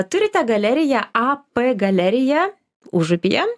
turite galeriją ap galerija užupyje